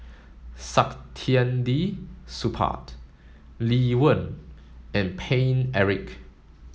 Saktiandi Supaat Lee Wen and Paine Eric